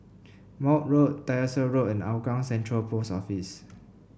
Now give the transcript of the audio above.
Maude Road Tyersall Road and Hougang Central Post Office